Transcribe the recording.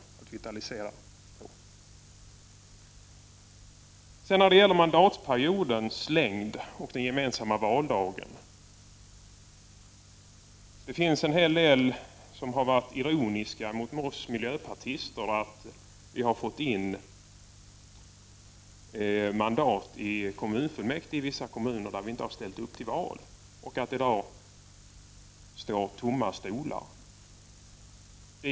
Sedan vill jag ta upp frågan om mandatperiodens längd och den gemensamma valdagen. Det finns en hel del människor som har varit ironiska mot oss miljöpartister på grund av att vi har fått mandat i kommunfullmäktige i vissa kommuner där vi inte har ställt upp till val och att det i dag står tomma stolar där.